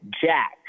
Jack